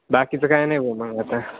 बाकीचं काय नाही बुवा मग आता